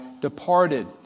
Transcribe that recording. departed